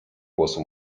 głosu